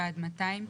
עד 200,